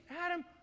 Adam